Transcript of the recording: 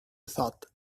thought